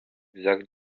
exact